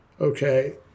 Okay